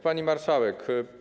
Pani Marszałek!